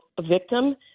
victim